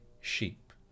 sheep